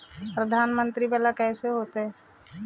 प्रधानमंत्री मंत्री वाला कैसे होता?